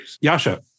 Yasha